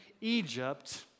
Egypt